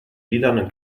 lilanen